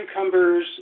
cucumbers